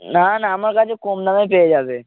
না না আমার কাছে কম দামে পেয়ে যাবে